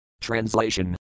Translation